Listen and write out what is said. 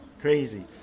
Crazy